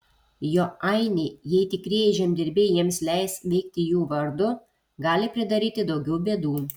jo ainiai jei tikrieji žemdirbiai jiems leis veikti jų vardu gali pridaryti daugiau bėdų